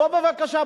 בוא בבקשה,